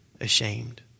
ashamed